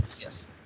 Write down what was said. yes